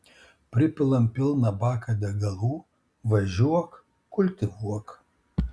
pripilam pilną baką degalų važiuok kultivuok